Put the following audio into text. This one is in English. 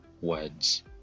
words